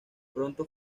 pronto